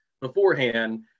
beforehand